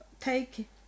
take